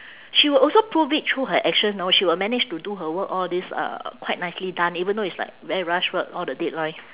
she will also prove it through her action know she will manage to do her work all these uh quite nicely done even though it's like very rush work all the deadlines